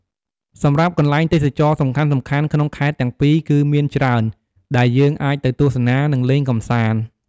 សម្រាប់កន្លែងទេសចរណ៍សំខាន់ៗក្នុងខេត្តទាំងពីរគឺមានច្រើនដែលយើងអាចទៅទស្សនា និងលេងកំសាន្ត។